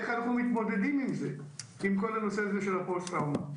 איך אנחנו מתמודדים עם הפוסט טראומה?